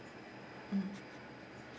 mm